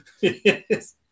yes